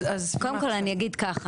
קודם כל, אני אגיד ככה.